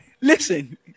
Listen